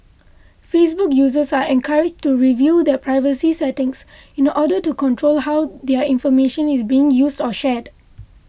Facebook users are encouraged to review their privacy settings in order to control how their information is used or shared